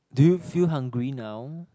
do you feel hungry now